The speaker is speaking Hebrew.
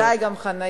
בוודאי גם חנייה.